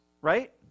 Right